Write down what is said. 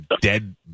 dead